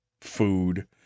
food